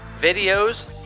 videos